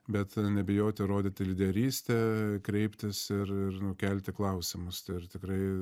bet nebijoti rodyti lyderystę kreiptis ir ir nu kelti klausimus ir tikrai